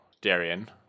Darian